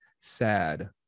sad